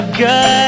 good